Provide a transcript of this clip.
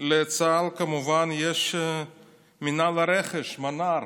לצה"ל כמובן יש מינהל הרכש, מנה"ר,